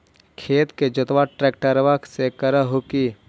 खेत के जोतबा ट्रकटर्बे से कर हू की?